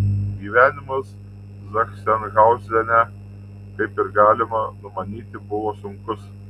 gyvenimas zachsenhauzene kaip ir galima numanyti buvo sunkus